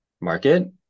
market